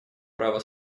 право